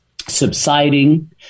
subsiding